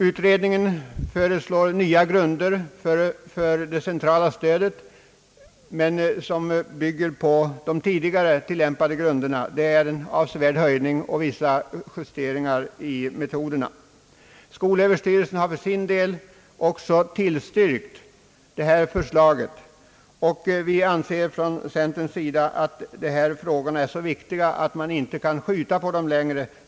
Utredningen föreslår nya grunder för det centrala stödet men bygger dock på de tidigare tillämpade principerna. En avsevärd höjning av anslagsbeloppen föreslås. Skolöverstyrelsen för sin del har också tillstyrkt detta förslag. Inom centern anser vi, att dessa frågor är så viktiga att man inte längre kan skjuta på dem längre.